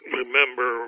remember